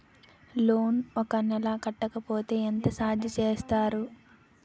Loan ఒక నెల కట్టకపోతే ఎంత ఛార్జ్ చేస్తారు?